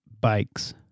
bikes